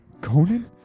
Conan